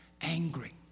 angry